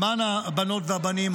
למען הבנות והבנים,